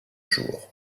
jour